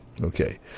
Okay